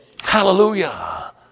Hallelujah